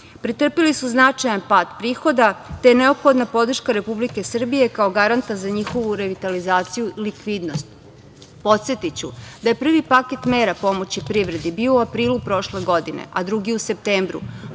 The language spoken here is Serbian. Pretrpeli su značajan pad prihoda, te je neophodna podrška Republike Srbije kao garanta za njihovu revitalizaciju i likvidnost. Podsetiću da je prvi paket mera pomoći privredi bio u aprilu prošle godine, a drugi u septembru,